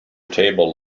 table